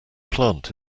plant